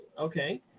Okay